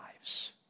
lives